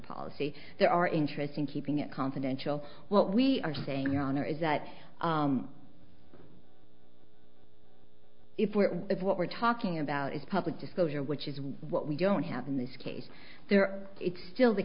policy there are interests in keeping it confidential what we are saying honor is that if we're if what we're talking about is public disclosure which is what we don't have in this case there it's still the